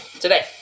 today